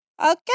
okay